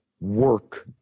work